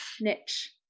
niche